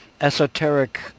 esoteric